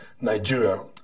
Nigeria